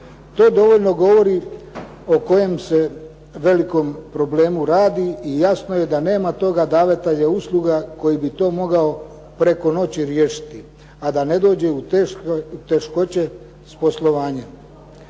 To dovoljno govori o kojem se velikom problemu radi i jasno je da nema toga davatelja usluga koji bi to mogao preko noći riješiti a da ne dođe u teškoće s poslovanjem.